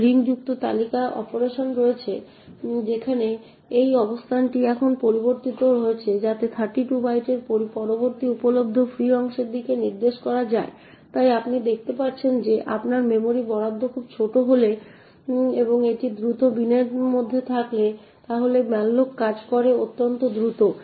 এখন লিঙ্কযুক্ত তালিকা অপারেশন রয়েছে যেখানে এই অবস্থানটি এখন পরিবর্তিত হয়েছে যাতে 32 বাইটের পরবর্তী উপলব্ধ ফ্রি অংশের দিকে নির্দেশ করা যায় তাই আপনি দেখতে পাচ্ছেন যে আপনার মেমরি বরাদ্দ খুব ছোট হলে এবং এটি দ্রুত বিনের মধ্যে থাকে তাহলে malloc কাজ করে অত্যন্ত দ্রুত